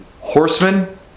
horsemen